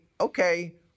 Okay